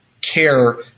care